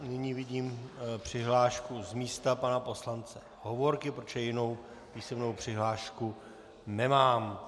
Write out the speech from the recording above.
Nyní vidím přihlášku z místa pana poslance Hovorky, protože jinou písemnou přihlášku nemám.